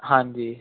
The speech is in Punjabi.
ਹਾਂਜੀ